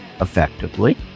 effectively